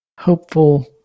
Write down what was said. hopeful